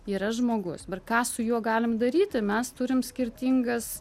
yra žmogus bet ką su juo galim daryti mes turim skirtingas